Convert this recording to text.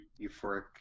euphoric